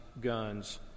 guns